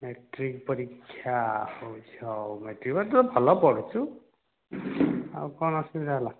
matric ପରୀକ୍ଷା ହେଉ ଝିଅ ହେଉ ମାଟ୍ରିକ ପରା ତୁ ଭଲ ପଢ଼ୁଛୁ ଆଉ କଣ ଅସୁବିଧା ହେଲା